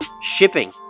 shipping